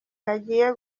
hagiye